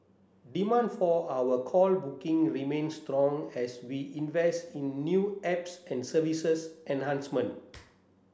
demand for our call booking remains strong as we invest in new apps and services enhancement